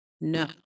no